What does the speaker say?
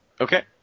Okay